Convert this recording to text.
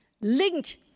linked